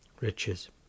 Riches